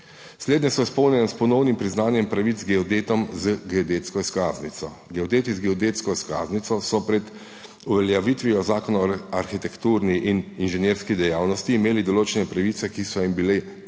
Slednje so izpolnjene s ponovnim priznanjem pravic geodetom z geodetsko izkaznico. Geodeti z geodetsko izkaznico so pred uveljavitvijo Zakona o arhitekturni in inženirski dejavnosti imeli določene pravice, ki so jim bile kasneje